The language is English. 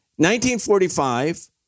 1945